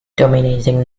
dominating